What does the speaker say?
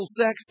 sex